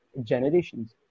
generations